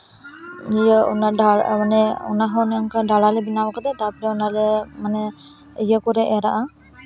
ᱤᱭᱟᱹ ᱚᱱᱟ ᱰᱟᱨ ᱢᱟᱱᱮ ᱚᱱᱟ ᱦᱚᱸ ᱚᱱᱮ ᱚᱱᱠᱟ ᱰᱟᱬᱟᱞᱮ ᱵᱮᱱᱟᱣ ᱠᱟᱫᱟ ᱛᱟᱨᱯᱚᱨᱮ ᱚᱱᱟᱞᱮ ᱢᱟᱱᱮ ᱤᱭᱟᱹ ᱠᱚᱞᱮ ᱮᱨᱟᱜᱼᱟ